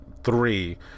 three